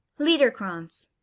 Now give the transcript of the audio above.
liederkranz